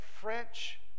French